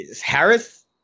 Harris